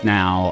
now